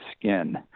skin